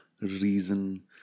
reason